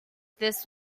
this